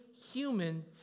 human